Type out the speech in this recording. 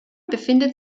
befindet